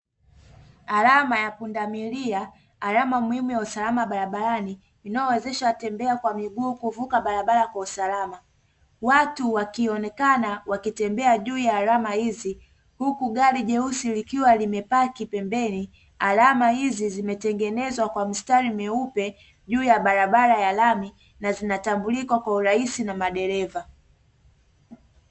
Alama ya punda milia alama muhimu ya usalama barabarani inayowezesha watembea kwa miguu kuvuka barabara kwa usalama watu wakionekana wakitembea juu ya alama hizi,. huku gari leusi likiwa limepaa kipembeni, alama hizi zimetengenezwa kwa mistari meupe juu ya barabara ya lami na zinatambulika kwa urahisi na madereva.